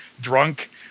drunk